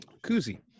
koozie